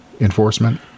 enforcement